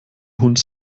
hund